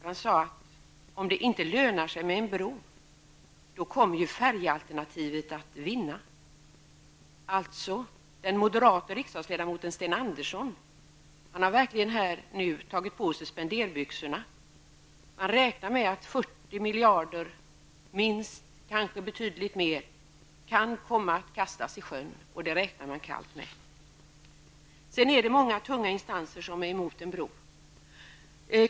Han sade att om det inte lönar sig med en bro kommer färjealternativet att vinna. Den moderata riksdagsledamoten Sten Andersson har verkligen här tagit på sig spenderbyxorna. Han räknar med att 40 miljarder kronor minst, kanske betydligt mer, kan komma att kastas i sjön, och det räknar han kallt med. Många tunga instanser är emot en bro.